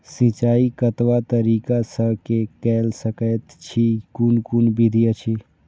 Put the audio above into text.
सिंचाई कतवा तरीका स के कैल सकैत छी कून कून विधि अछि?